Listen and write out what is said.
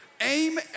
Aim